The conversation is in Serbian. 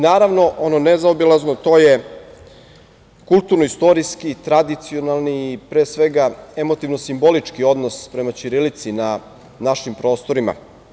Naravno, ono nezaobilazno, to je kulturno-istorijski, tradicionalni i pre svega emotivno simbolički odnos prema ćirilici na našim prostorima.